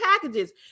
packages